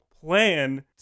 plan